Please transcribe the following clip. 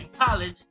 college